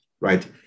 right